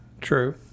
True